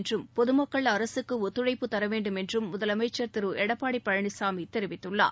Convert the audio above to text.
என்றும் பொதுமக்கள் அரசுக்கு ஒத்துழைப்பு தர வேண்டும் என்றும் முதலமைச்சர் திரு எடப்பாடி பழனிசாமி தெரிவித்துள்ளார்